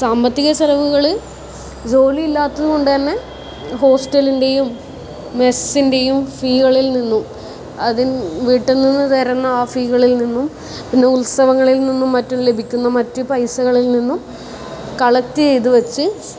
സാമ്പത്തിക ചിലവുകൾ ജോലിയില്ലാത്തത് കൊണ്ട് തന്നെ ഹോസ്റ്റലിൻ്റെയും മെസ്സിൻ്റെയും ഫീകളിൽ നിന്നും അത് വീട്ടിൽ നിന്ന് തരുന്ന ആ ഫീകളിൽ നിന്നും പിന്നെ ഉത്സവങ്ങളിൽ നിന്നും മറ്റും ലഭിക്കുന്ന മറ്റു പൈസകളിൽ നിന്നും കളക്ട് ചെയ്ത് വെച്ച്